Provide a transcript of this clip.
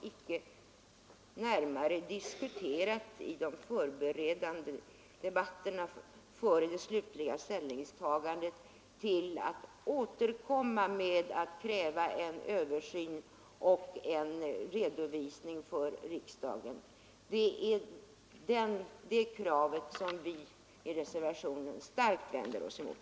Under de förberedande debatterna före det slutliga ställningstagandet har vi icke närmare diskuterat att kräva en översyn och en redovisning för riksdagen. Det är det kravet som vi i reservationen starkt vänder oss emot.